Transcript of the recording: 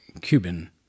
Cuban